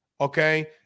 okay